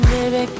Baby